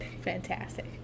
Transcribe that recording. Fantastic